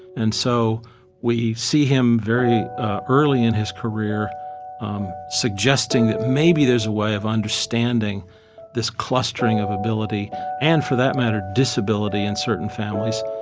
and so we see him very early in his career um suggesting that maybe there's a way of understanding this clustering of ability and, for that matter, disability in certain families.